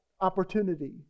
opportunity